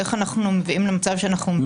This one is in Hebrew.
איך אנחנו מביאים למצב שאנחנו --- אם